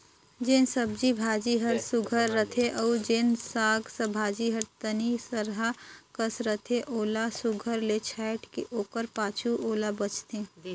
जेन सब्जी भाजी हर सुग्घर रहथे अउ जेन साग भाजी हर तनि सरहा कस रहथे ओला सुघर ले छांएट के ओकर पाछू ओला बेंचथें